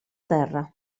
terra